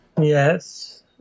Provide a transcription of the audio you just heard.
Yes